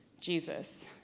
Jesus